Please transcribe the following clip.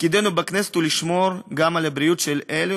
תפקידנו בכנסת הוא לשמור גם על הבריאות של אלו